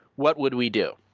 what would we do?